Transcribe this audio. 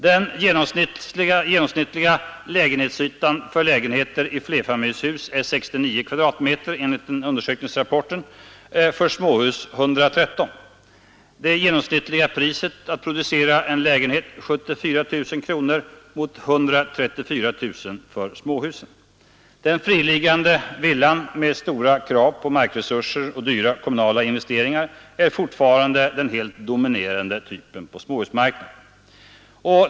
Den genomsnittliga lägenhetsytan för lägenheter i flerfamiljshus är enligt deras undersökningsrapport 69 m?, för småhus 113. Det genomsnittliga priset för att producera en lägenhet är 74 000 kronor mot 134 000 kronor för småhusen. Den friliggande villan med stora krav på markresurser och dyra kommunala investeringar är fortfarande den helt dominerande typen på småhusmarknaden.